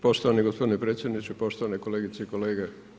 Poštovani gospodine predsjedniče, poštovane kolegice i kolege.